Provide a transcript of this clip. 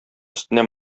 өстенә